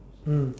mm